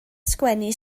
sgwennu